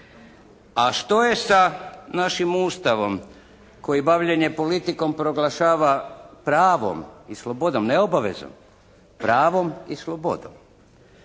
A što je sa našim Ustavom koji bavljenje politikom proglašava pravom i slobodnom, ne obavezom? Pravom i slobodom.